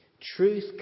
Truth